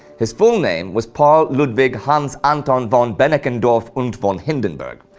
his full name was paul ludwig hans anton von beneckendorff und von hindenburg.